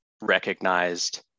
recognized